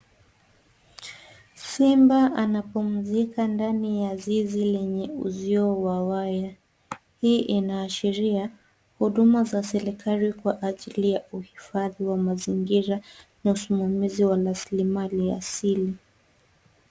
Simba anapumzika ndani ya zizi lenye uzio wa waya. Hii inaashiria huduma za serikali kwa ajili ya uhifadhi wa mazingira na usimamizi wa raslimali asili